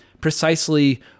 precisely